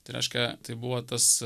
tai reiškia tai buvo tas